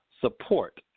support